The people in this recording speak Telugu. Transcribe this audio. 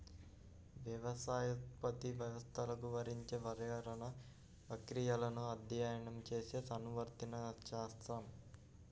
వ్యవసాయోత్పత్తి వ్యవస్థలకు వర్తించే పర్యావరణ ప్రక్రియలను అధ్యయనం చేసే అనువర్తిత శాస్త్రం